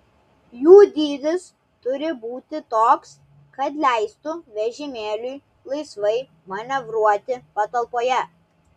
jų dydis turi būti toks kad leistų vežimėliui laisvai manevruoti patalpoje